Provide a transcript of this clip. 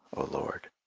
o lord.